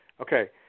Okay